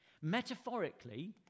Metaphorically